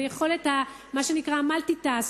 ביכולת ה-multi-task.